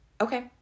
okay